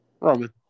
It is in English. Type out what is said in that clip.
Roman